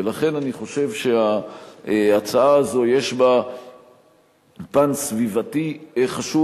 ולכן אני חושב שההצעה הזאת יש בה פן סביבתי חשוב,